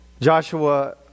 Joshua